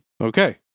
Okay